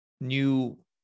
new